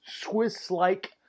Swiss-like